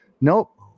Nope